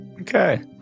Okay